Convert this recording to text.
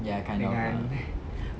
ya kind of lah